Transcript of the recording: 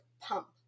pump